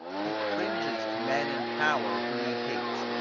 he cringes to men in power whom he hates,